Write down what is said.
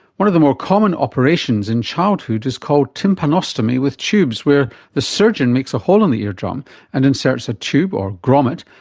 one of the more common operations in childhood is called tympanostomy with tubes, where the surgeon makes a hole in the ear drum and inserts a tube, or grommet,